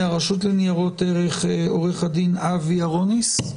מהרשות לניירות ערך עורך הדין אבי ארוניס,